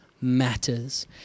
matters